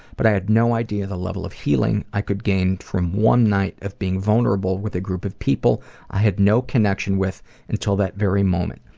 but i had no idea the level of healing i could gain from one night of being vulnerable, with a group of people i had no connection with until that very moment.